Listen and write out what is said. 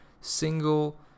single